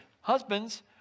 Husbands